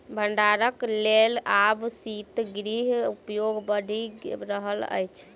भंडारणक लेल आब शीतगृहक उपयोग बढ़ि रहल अछि